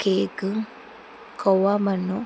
cake కోవా మన్ను